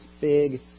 big